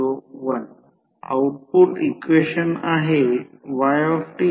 44 f ∅m असेलसर्व येथे भरा जरी ते नमूद केलेले नसेल जरी त्याचा उल्लेख नसला तरी